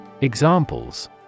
Examples